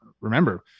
remember